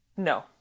No